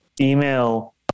email